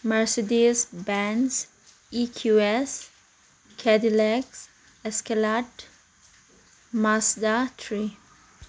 Mercedes Benz E Q S Cadillacs Escalade ꯃꯥꯁꯗꯥ three